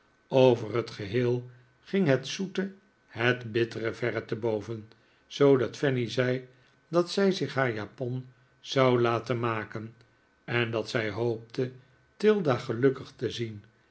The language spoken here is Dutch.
over het geheel ging het zoete het bittere verre te boven zoodat fanny zei dat zij zich haar japon zou laten maken en dat zij hoopte tilda gelukkig te zien